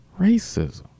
racism